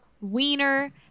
wiener